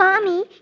Mommy